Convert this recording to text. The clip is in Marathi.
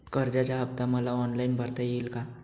कर्जाचा हफ्ता मला ऑनलाईन भरता येईल का?